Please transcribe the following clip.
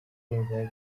bajyanwe